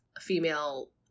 female